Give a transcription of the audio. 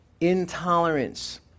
Intolerance